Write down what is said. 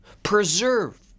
preserve